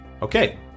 Okay